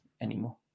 anymore